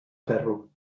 ferro